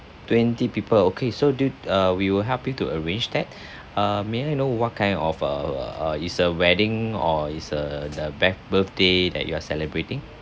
twenty people okay so du~ uh we will help you to arrange that uh may I know what kind of uh uh uh is a wedding or is a the birthday that you are celebrating